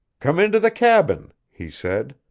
come into the cabin, he said.